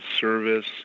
service